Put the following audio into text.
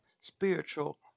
spiritual